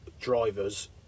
Drivers